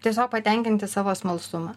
tiesiog patenkinti savo smalsumą